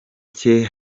cye